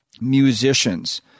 musicians